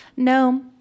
No